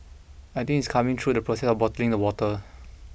I think is coming through the process of bottling the water